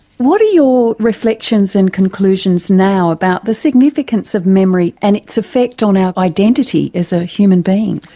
what are your reflections and conclusions now about the significance of memory and its effect on our identity as a human being?